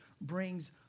brings